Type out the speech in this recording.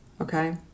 okay